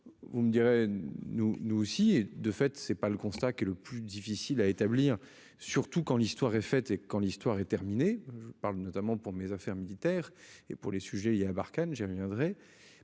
Vous me direz. Nous nous aussi. Et de fait c'est pas le constat qui est le plus difficile à établir, surtout quand l'histoire est faite et quand l'histoire est terminée parle notamment pour mes affaires militaires, et pour les sujets il y a Barkhane j'ai reviendrait